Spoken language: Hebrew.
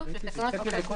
כללי.